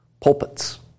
pulpits